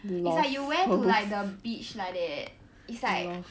it's like you wear to like the beach like that it's like